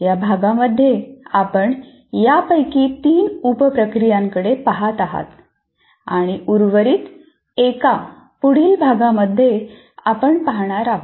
या भागामध्ये आपण यापैकी तीन उप प्रक्रियांकडे पहात आहात आणि उर्वरित एका पुढील भागामध्ये आपण पाहणार आहोत